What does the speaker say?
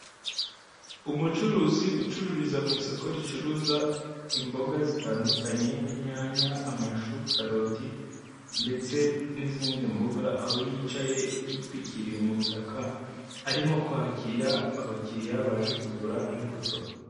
Umucuruzi ucururiza mu isoko ricuruza imboga zitandukanye, inyanya, amashu, karoti, ndetse n'izindi mboga, aho yicaye yitwikiriye umutaka arimo kwakira abakiriya baje kugura imbuto.